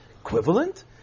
Equivalent